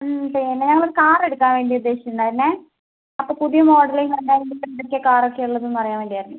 ഹ്മ് പിന്നെ ഞങ്ങളൊരു കാർ എടുക്കാൻ വേണ്ടി ഉദ്ദേശിച്ചിട്ടുണ്ടായിരുന്നേ അപ്പം പുതിയ മോഡലിൽ ഉണ്ടായിരുന്ന എന്തൊക്കെയാണ് കാർ ഒക്കെയാണ് ഉള്ളതെന്ന് അറിയാൻ വേണ്ടി ആയിരുന്നു